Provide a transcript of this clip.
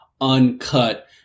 uncut